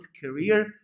career